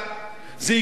זה הגדיל מאוד,